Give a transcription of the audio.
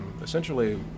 Essentially